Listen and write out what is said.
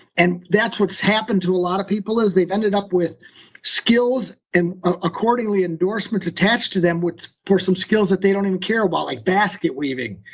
and that's what happened to a lot of people, is they've ended up with skills, and accordingly endorsements, attached to them for some skills that they don't even care about, like basket weaving.